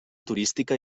turística